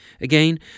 Again